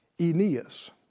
Aeneas